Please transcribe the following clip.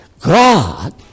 God